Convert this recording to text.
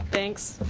thanks.